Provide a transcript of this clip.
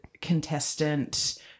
contestant